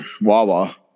wawa